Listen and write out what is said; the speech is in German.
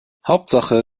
hauptsache